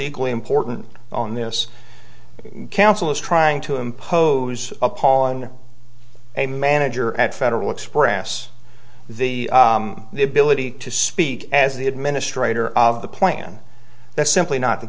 equally important on this council is trying to impose a pall on a manager at federal express the the ability to speak as the administrator of the plan that's simply not the